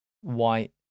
white